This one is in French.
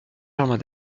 germain